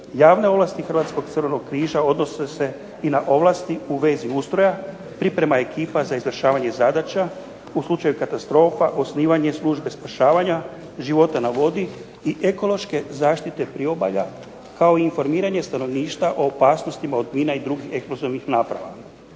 Javne ovlasti Hrvatskog Crvenog križa odnose se i na ovlasti u vezi ustroja, priprema ekipa za izvršavanje zadaća, u slučaju katastrofa osnivanje službe spašavanja života na vodi i ekološke zaštite priobalja kao i informiranje stanovništva o opasnostima od mina i drugih eksplozivnih naprava.